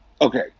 Okay